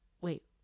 wait